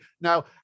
Now